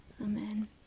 Amen